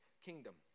kingdom